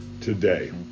today